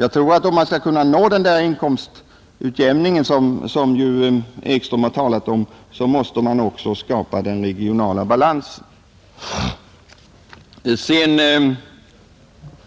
Jag tror att om man skall kunna nå den där inkomstutjämningen som herr Ekström har talat om, då måste man också skapa den regionala balansen.